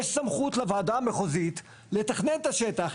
יש סמכות לוועדה המחוזית לתכנן את השטח.